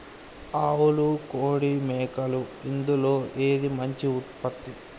ఆవులు కోడి మేకలు ఇందులో ఏది మంచి ఉత్పత్తి?